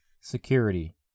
security